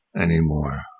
anymore